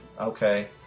Okay